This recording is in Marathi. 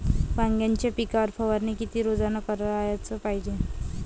वांग्याच्या पिकावर फवारनी किती रोजानं कराच पायजे?